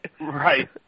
Right